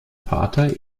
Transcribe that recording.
vater